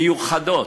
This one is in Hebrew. מיוחדות,